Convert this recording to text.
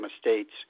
States